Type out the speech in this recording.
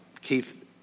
Keith